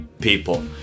people